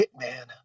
Hitman